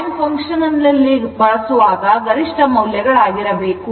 time function ನಲ್ಲಿ ಬಳಸುವಾಗ ಗರಿಷ್ಠ ಮೌಲ್ಯಗಳಾಗಿರಬೇಕು